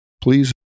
please